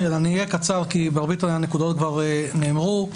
אהיה קצר כי מרבית הנקודות כבר נאמרו.